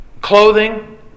clothing